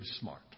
smart